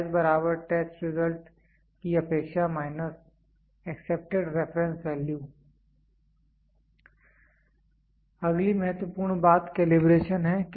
बायस test result की अपेक्षा accepted reference value अगली महत्वपूर्ण बात कैलिब्रेशन है